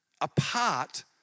apart